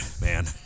man